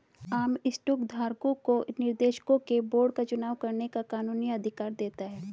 आम स्टॉक धारकों को निर्देशकों के बोर्ड का चुनाव करने का कानूनी अधिकार देता है